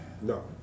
No